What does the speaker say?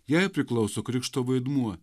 jai priklauso krikšto vaidmuo